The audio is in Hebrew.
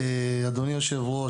בסופו של